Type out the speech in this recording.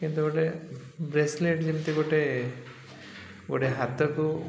କିନ୍ତୁ ଗୋଟେ ବ୍ରେସଲେଟ୍ ଯେମିତି ଗୋଟେ ଗୋଟେ ହାତକୁ